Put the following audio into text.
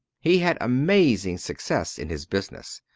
he had amazing success in his business.